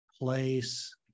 place